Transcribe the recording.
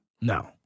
no